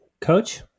coach